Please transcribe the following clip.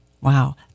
Wow